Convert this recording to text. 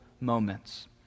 moments